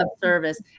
service